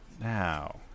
Now